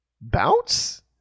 bounce